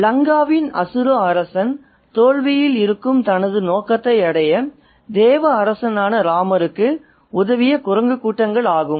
லங்காவின் அசுர அரசன் தோல்வியில் இருக்கும் தனது நோக்கத்தை அடைய தேவ அரசனனான ராமருக்கு உதவிய குரங்கு கூட்டங்கள் ஆகும்